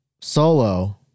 solo